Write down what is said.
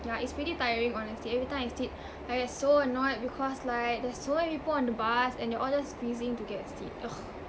yeah it's pretty tiring honestly everytime I sit I get so annoyed because like there's so many people on the bus and they're all just squeezing to get a seat ugh